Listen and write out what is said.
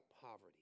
poverty